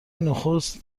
نخست